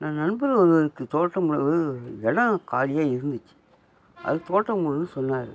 நான் நண்பர் ஒருவருக்கு தோட்டம் உள்ளது இடம் காலியாக இருந்துச்சு அது தோட்டம் போடணுன்னு சொன்னார்